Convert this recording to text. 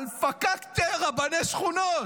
על פקקטה רבני שכונות,